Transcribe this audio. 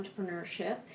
entrepreneurship